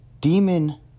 demon